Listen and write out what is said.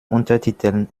untertiteln